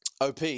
OP